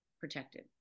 protected